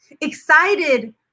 excited